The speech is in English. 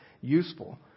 useful